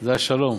זה השלום.